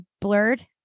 blurred